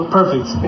perfect